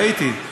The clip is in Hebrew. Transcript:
ראיתי.